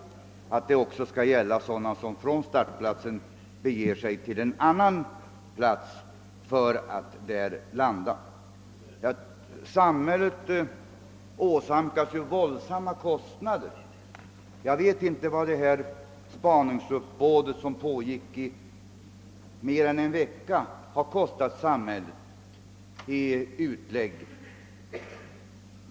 Bestämmelsen bör nämligen gälla även sådana flygare, som från startplatsen beger sig till en annan plats för att landa där. Samhället åsamkas ju stora kostnader under sådana här förhållanden. Jag vet inte vad spaningsuppbådet i det fall jag nämnde — spaningen pågick i mer än en vecka — kostade samhället i utlägg.